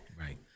Right